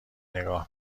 نگاه